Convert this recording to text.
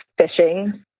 phishing